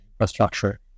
infrastructure